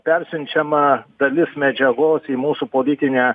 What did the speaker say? persiunčiama dalis medžiagos į mūsų politinę